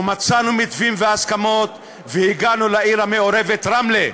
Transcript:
ומצאנו מתווים והסכמות והגענו לעיר המעורבת רמלה,